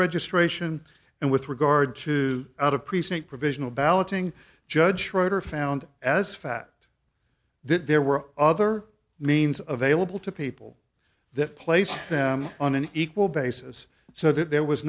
registration and with regard to out of precinct provisional balloting judge schroeder found as fact that there were other means of vailable to people that placed them on an equal basis so that there was